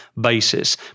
basis